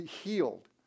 healed